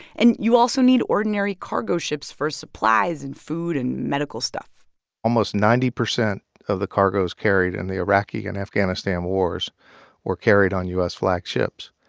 and you also need ordinary cargo ships for supplies and food and medical stuff almost ninety percent of the cargos carried in the iraqi and afghanistan wars were carried on u s flagged ships.